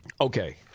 Okay